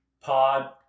Pod